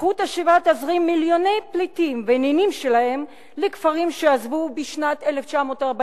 זכות השיבה תזרים מיליוני פליטים ונינים שלהם לכפרים שעזבו בשנת 1948,